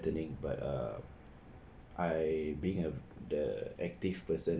threatening but uh I being a the active person